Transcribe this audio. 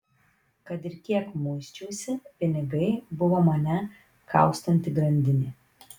kad ir kiek muisčiausi pinigai buvo mane kaustanti grandinė